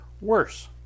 worse